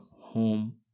home